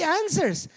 answers